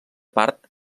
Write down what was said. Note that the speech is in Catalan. part